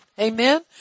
Amen